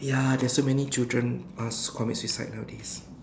ya there's so many children are commit suicide nowadays